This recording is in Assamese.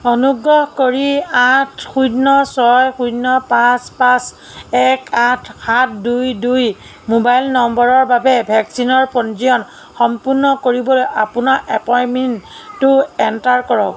অনুগ্ৰহ কৰি আঠ শূন্য ছয় শূন্য পাঁচ পাঁচ এক আঠ সাত দুই দুই ম'বাইল নম্বৰৰ বাবে ভেকচিনৰ পঞ্জীয়ন সম্পূৰ্ণ কৰিবলৈ আপোনাৰ এপ্ইন্টমেন্টটো এণ্টাৰ কৰক